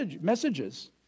messages